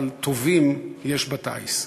טובים יש בטיס.